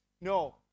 No